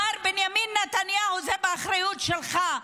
מר בנימין נתניהו, זה באחריות שלך.